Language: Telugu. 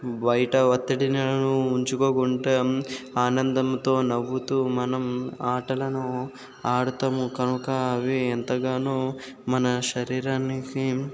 బయట ఒత్తిడిని ఉంచుకోకుండా ఆనందంతో నవ్వుతూ మనం ఆటలను ఆడుతాము కనుక అవి ఎంతగానో మన శరీరానికి